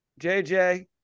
JJ